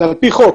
זה על פי חוק,